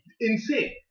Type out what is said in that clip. Insane